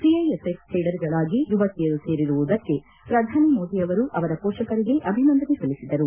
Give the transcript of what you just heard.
CISF ಕೇಡರ್ಗಳಾಗಿ ಯುವತಿಯರು ಸೇರಿರುವುದಕ್ಕೆ ಪ್ರಧಾನಿ ಮೋದಿ ಅವರು ಅವರ ಮೋಷಕರಿಗೆ ಅಭಿನಂದನೆ ಸಲ್ಲಿಸಿದರು